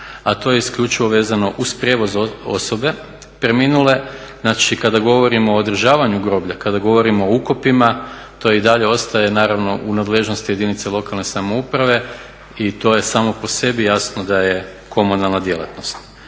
a to je isključivo vezano uz prijevoz osobe preminule. Znači, kada govorimo o održavanju groblja, kada govorimo o ukopima to i dalje ostaje naravno u nadležnosti jedinica lokalne samouprave i to je samo po sebi jasno da je komunalna djelatnost.